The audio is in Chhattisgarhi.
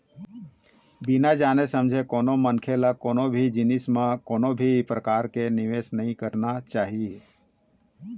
बिन जाने समझे कोनो मनखे ल कोनो भी जिनिस म कोनो भी परकार के निवेस नइ करना चाही